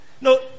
No